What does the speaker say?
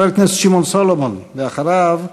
חבר הכנסת שמעון סולומון, ואחריו,